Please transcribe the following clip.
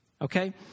Okay